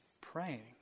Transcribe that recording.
praying